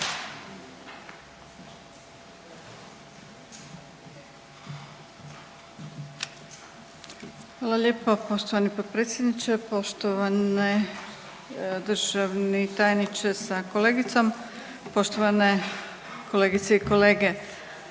Hvala lijepo poštovani potpredsjedniče, poštovani državni tajniče sa kolegicom, poštovane kolegice i kolege.